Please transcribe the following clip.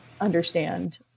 understand